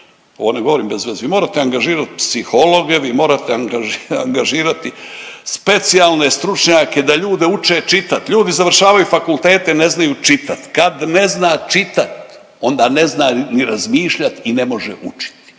ovo ne govorim bez veze, vi morate angažirati psihologe, vi morate angažirati specijalne stručnjake da ljude uče čitati, ljudi završavaju fakultete ne znaju čitat, kad ne zna čitat onda ne zna ni razmišljat i ne može učiti,